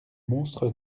monstre